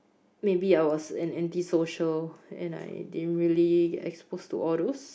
maybe I was an anti social and I didn't really get exposed to all those